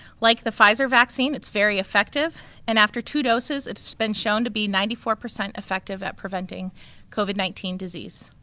like the pfizer vaccine it's very effective and after two doses it's been shown to be ninety four percent effective at preventing covid nineteen disease.